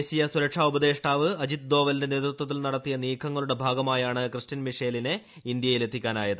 ദേശീയ സുരക്ഷാ ഉപദേഷ്ടാവ് അജിത് ധോവലിന്റെ നേതൃത്വത്തിൽ നടത്തിയ നീക്കങ്ങളുടെ ഭാഗമായാണ് ക്രിസ്റ്റ്യൻ മിഷേലിനെ ഇന്ത്യയിൽ എത്തിക്കാനായത്